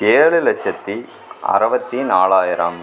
ஏழு லட்சத்து அறபத்தி நாலாயிரம்